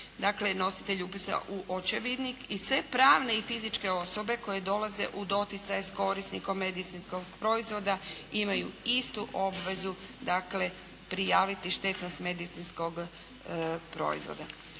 Dakle nositelj upisa u očevidnik. I sve pravne i fizičke osobe koje dolaze u doticaj s korisnikom medicinskog proizvoda imaju istu obvezu dakle prijaviti štetnost medicinskog proizvoda.